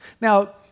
Now